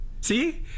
see